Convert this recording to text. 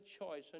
choice